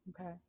okay